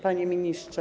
Panie Ministrze!